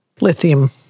lithium